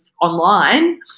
online